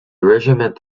regiment